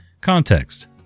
Context